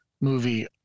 movie